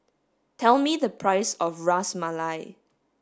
tell me the price of Ras Malai